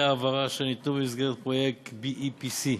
ההעברה אשר ניתנו במסגרת פרויקט ה-BEPS.